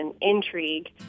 intrigue